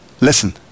listen